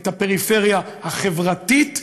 את הפריפריה החברתית,